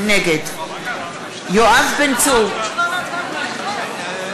נגד יואב בן צור, נגד